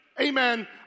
amen